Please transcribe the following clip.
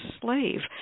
slave